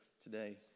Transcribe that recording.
today